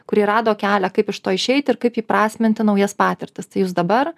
kurie rado kelią kaip iš to išeiti ir kaip įprasminti naujas patirtis tai jūs dabar